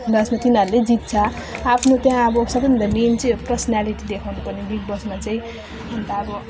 लास्टमा तिनीहरूले जित्छ आफ्नो त्यहाँ अब सबभन्दा मेन चाहिँ हो पर्सनालिटी देखाउनु पर्ने बिग बोसमा चाहिँ अन्त अब